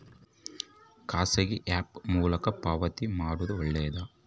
ಖಾಸಗಿ ಆ್ಯಪ್ ಮೂಲಕ ಪಾವತಿ ಮಾಡೋದು ಒಳ್ಳೆದಾ?